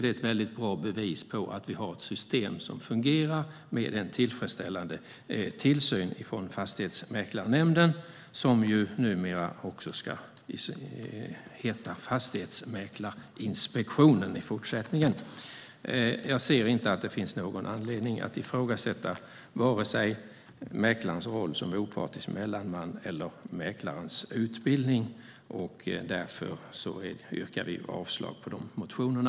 Det är ett bra bevis på att vi har ett system som fungerar med en tillfredsställande tillsyn från Fastighetsmäklarnämnden, som i fortsättningen ska heta Fastighetsmäklarinspektionen. Jag ser inte att det finns någon anledning att ifrågasätta vare sig mäklarens roll som opartisk mellanman eller mäklarens utbildning. Därför yrkar vi avslag på de motionerna.